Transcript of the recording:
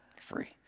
free